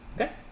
Okay